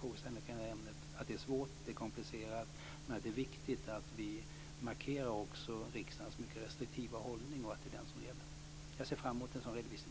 frågeställningar i det här ämnet. Det är svårt och komplicerat, men det är också viktigt att vi markerar riksdagens mycket restriktiva hållning och att det är den som gäller. Jag ser fram emot en sådan redovisning.